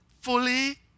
fully